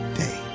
day